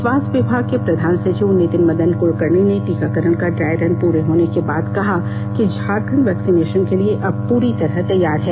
स्वास्थ विभाग के प्रधान सचिव नितिन मदन कुलकर्णी ने टीकाकरण का ड्राईरन पूरे होने के बाद कहा कि झारखंड वैक्सीने ान के लिए अब पूरी तरह तैयार है